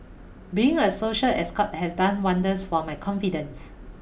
being a social escort has done wonders for my confidence